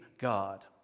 God